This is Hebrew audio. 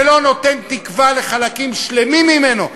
שלא נותן תקווה לחלקים שלמים ממנו,